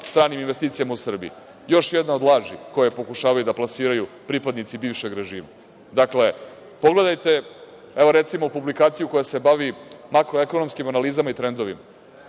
stranim investicijama u Srbiji. Još jedna od laži koje pokušavaju da plasiraju pripadnici bivšeg režima. Dakle, pogledajte, evo recimo, publikaciju koja se bavi makroekonomskim analizama i trendovima.